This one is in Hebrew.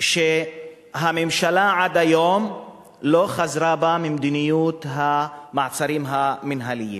אומרות שהממשלה עד היום לא חזרה בה ממדיניות המעצרים המינהליים.